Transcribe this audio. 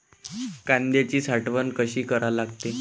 कांद्याची साठवन कसी करा लागते?